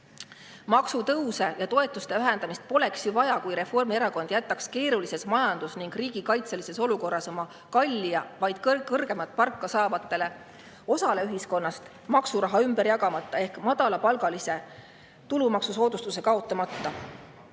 ja toetuste vähendamist poleks ju vaja, kui Reformierakond jätaks keerulises majandus- ja riigikaitselises olukorras vaid kõrgemat palka saavale osale ühiskonnast maksuraha ümber jagamata ehk madalapalgaliste tulumaksusoodustuse kaotamata.